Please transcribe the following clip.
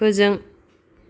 फोजों